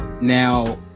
now